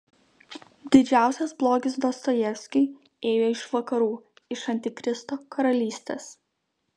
didžiausias blogis dostojevskiui ėjo iš vakarų iš antikristo karalystės